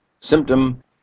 symptom